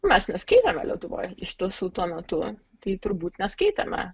mes neskyrėme lietuvoje iš tiesų tuo metu tai turbūt neskaitėme